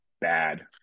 bad